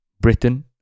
Britain